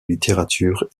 littérature